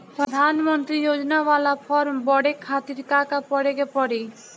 प्रधानमंत्री योजना बाला फर्म बड़े खाति का का करे के पड़ी?